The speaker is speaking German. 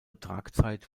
tragzeit